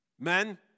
Men